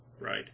right